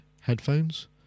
headphones